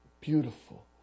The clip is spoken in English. Beautiful